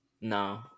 No